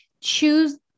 choose